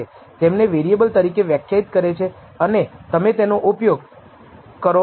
તેમને વેરિએબલ તરીકે વ્યાખ્યાયિત કરે છે અને તમે તેનો ઉપયોગ કરો છો